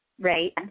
Right